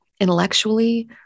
intellectually